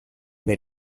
per